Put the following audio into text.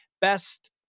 best